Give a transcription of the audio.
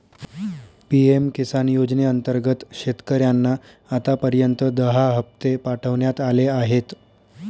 PM Kisan योजनेअंतर्गत शेतकऱ्यांना आतापर्यंत दहा हप्ते पाठवण्यात आले आहेत